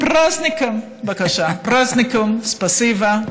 ספרזניקם, ספסיבה.